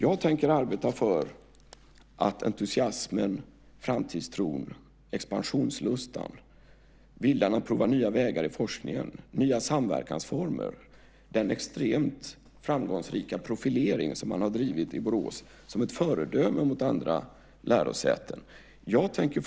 Jag tänker fortsätta att arbeta för att förstärka entusiasmen, framtidstron, expansionslustan och viljan att prova nya vägar i forskningen, nya samverkansformer och den extremt framgångsrika profilering som man har drivit i Borås som ett föredöme för andra lärosäten.